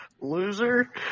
Loser